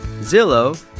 Zillow